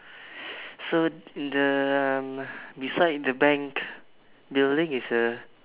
so the um beside the bank building is a